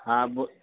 हँ बो